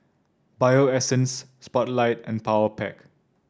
Bio Essence Spotlight and Powerpac